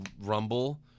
Rumble